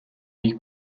des